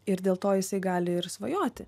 ir dėl to jisai gali ir svajoti